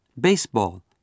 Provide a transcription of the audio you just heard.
Baseball